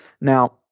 Now